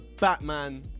Batman